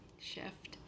shift